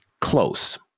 close